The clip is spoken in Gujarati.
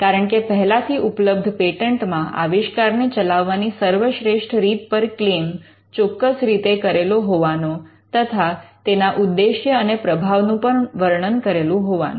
કારણકે પહેલાથી ઉપલબ્ધ પેટન્ટ માં આવિષ્કારને ચલાવવાની સર્વશ્રેષ્ઠ રીત પર ક્લેમ ચોક્કસ રીતે કરેલો હોવાનો તથા તેના ઉદ્દેશ્ય અને પ્રભાવનું પણ વર્ણન કરેલું હોવાનું